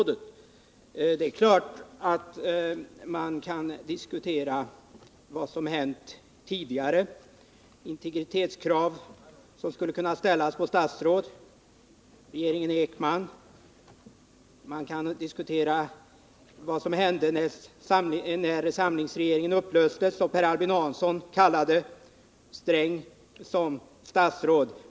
Det är klart att man kan diskutera vad som tidigare har hänt i fråga om integritetskrav som kan ställas på statsråd och regeringen Ekman. Man kan diskutera vad som hände när samlingsregeringen upplöstes'och Per Albin Hansson kallade Gunnar Sträng som statsråd.